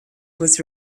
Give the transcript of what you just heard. was